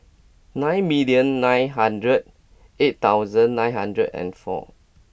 nine million nine hundred eight thousand nine hundred and four